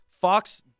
Fox